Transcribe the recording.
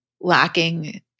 lacking